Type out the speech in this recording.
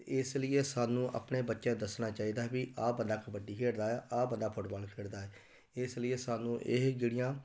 ਅਤੇ ਇਸ ਲੀਏ ਸਾਨੂੰ ਆਪਣੇ ਬੱਚਿਆਂ ਨੂੰ ਦੱਸਣਾ ਚਾਹੀਦਾ ਹੈ ਵੀ ਆਹ ਬੰਦਾ ਕਬੱਡੀ ਖੇਡਦਾ ਹੈ ਆਹ ਬੰਦਾ ਫੁੱਟਬਾਲ ਖੇਡਦਾ ਹੈ ਇਸ ਲੀਏ ਸਾਨੂੰ ਇਹ ਜਿਹੜੀਆਂ